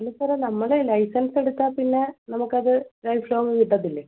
അല്ല സാറേ നമ്മുടെ ലൈസൻസ് എടുത്താൽ പിന്നെ നമുക്കത് ലൈഫ് ലോങ്ങ് കിട്ടത്തില്ലേ